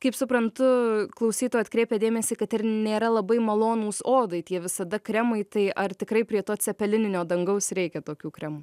kaip suprantu klausytoja atkreipia dėmesį kad ir nėra labai malonūs odai tie visada kremai tai ar tikrai prie to cepelininio dangaus reikia tokių kremų